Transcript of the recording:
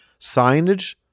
signage